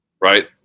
Right